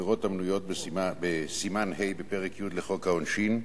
עבירות המנויות בסימן ה' בפרק י' לחוק העונשין,